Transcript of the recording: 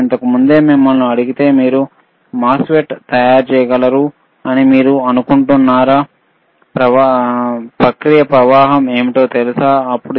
నేను ఇంతకు ముందే మిమ్మల్ని మోస్ఫెట్ను తయారు ఎలా చేయగలరు ప్రక్రియ ప్రవాహం ఏమిటో తెలుసా అడిగితే